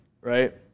right